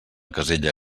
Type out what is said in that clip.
casella